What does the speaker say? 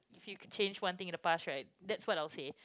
if you could change one thing in the past right that's what I would say